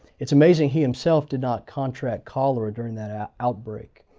it's amazing he himself did not contract cholera during that ah outbreak.